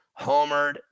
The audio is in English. homered